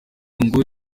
ngo